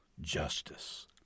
justice